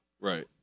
Right